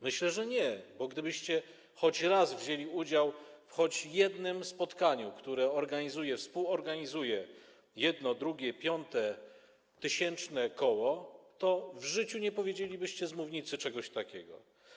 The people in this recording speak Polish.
Myślę, że nie, bo gdybyście choć raz wzięli udział choć w jednym spotkaniu, które organizuje, współorganizuje jedno, drugie, piąte, tysięczne koło, to w życiu nie powiedzielibyście z mównicy czegoś takiego.